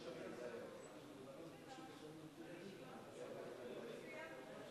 שנכחו בו 300 איש שכולם שכלו את היקירים שלהם בתאונות דרכים.